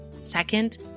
Second